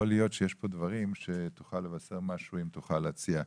להיות שיש כאן דברים שתוכל לבשר משהו ואולי להציע משהו.